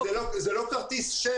כי זה לא כרטיס שמי.